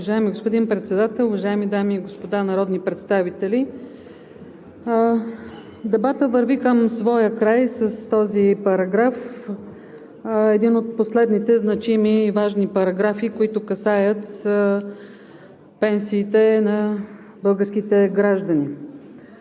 Уважаеми господин Председател, уважаеми дами и господа народни представители! Дебатът върви към своя край с този параграф – един от последните значими и важни параграфи, които касаят пенсиите на българските граждани.